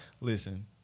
Listen